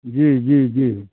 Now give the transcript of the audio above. जी जी जी